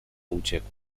uciekł